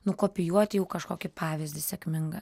nukopijuoti jau kažkokį pavyzdį sėkmingą